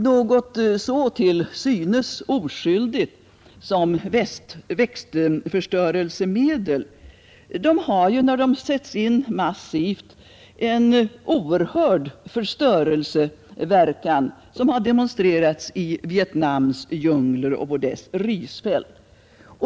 Något så till synes oskyldigt som växtförstörelsemedel har, när de sätts in massivt, en oerhörd förstörelseverkan, som har demonstrerats i Vietnams djungler och på dess risfält.